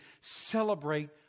celebrate